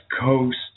Coast